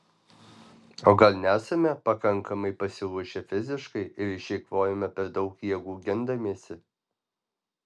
o gal nesame pakankamai pasiruošę fiziškai ir išeikvojome per daug jėgų gindamiesi